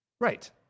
right